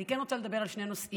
אני כן רוצה לדבר על שני נושאים,